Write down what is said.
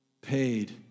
paid